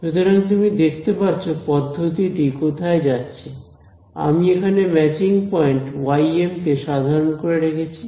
সুতরাং তুমি দেখতে পাচ্ছো পদ্ধতি টি কোথায় যাচ্ছে আমি এখানে ম্যাচিং পয়েন্ট ym কে সাধারণ করে রেখেছি